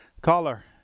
Caller